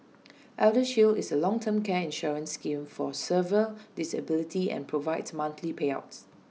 eldershield is A long term care insurance scheme for severe disability and provides monthly payouts